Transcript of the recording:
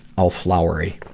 all flowery.